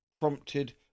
prompted